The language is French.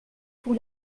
pour